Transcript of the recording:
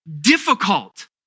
difficult